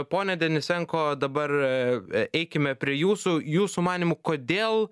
pone denisenko dabar e eikime prie jūsų jūsų manymu kodėl